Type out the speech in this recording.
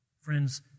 Friends